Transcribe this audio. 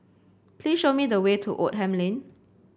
please show me the way to Oldham Lane